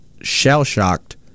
shell-shocked